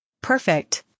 Perfect